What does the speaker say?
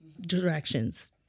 directions